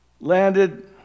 landed